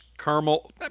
caramel